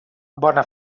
bona